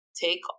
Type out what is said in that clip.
take